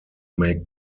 make